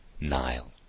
Nile